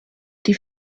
die